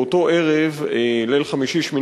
באותו ערב, בליל שבת, 8